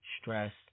stress